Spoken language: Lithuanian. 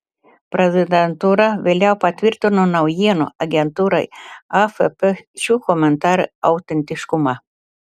prezidentūra vėliau patvirtino naujienų agentūrai afp šių komentarų autentiškumą